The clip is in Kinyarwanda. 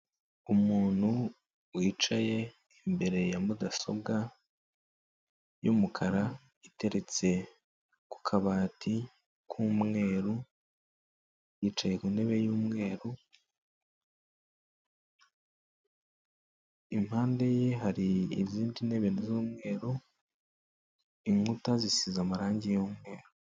Umuntu wicaye imbere ya mudasobwa y'umukara iteretse kabati k'umweru, yicaye y'umweru impande ye hari izindi ntebe z'umweru, inkuta zisize amarangi y'umweru.